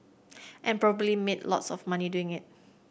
and probably made lots of money doing it